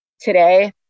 today